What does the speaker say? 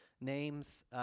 Names